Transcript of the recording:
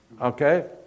Okay